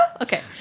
okay